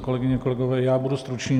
Kolegyně, kolegové, já budu stručný.